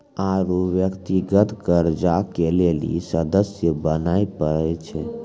आरु व्यक्तिगत कर्जा के लेली सदस्य बने परै छै